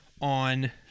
on